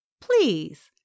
Please